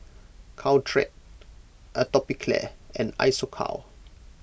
Caltrate Atopiclair and Isocal